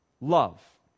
love